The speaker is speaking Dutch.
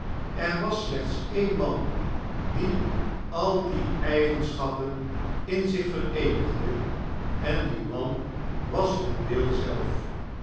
er was slechts ee'n man die al die eigenschappen in zich vereenigde en die man was vendale zelf